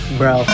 bro